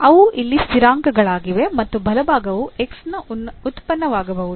ಅವು ಇಲ್ಲಿ ಸ್ಥಿರಾಂಕಗಳಾಗಿವೆ ಮತ್ತು ಬಲಭಾಗವು X ನ ಉತ್ಪನ್ನವಾಗಬಹುದು